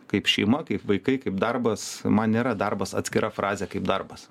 kaip šeima kaip vaikai kaip darbas man nėra darbas atskira frazė kaip darbas